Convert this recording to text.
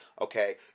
Okay